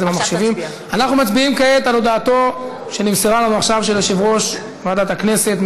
שנמסרה לנו עכשיו, של יושב-ראש ועדת הכנסת.